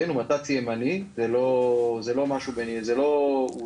הוא נת"צ ימני, הוא לא בנפרד,